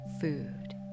food